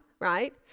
right